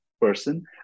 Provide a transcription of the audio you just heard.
person